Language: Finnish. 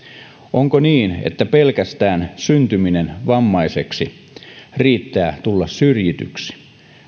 onko niin että pelkästään syntyminen vammaiseksi riittää syyksi tulla syrjityksi